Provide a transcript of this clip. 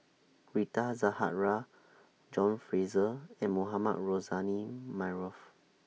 Rita Zahara John Fraser and Mohamed Rozani Maarof